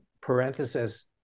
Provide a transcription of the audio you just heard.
parenthesis